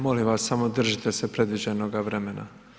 Molim vas samo držite se predviđenoga vremena.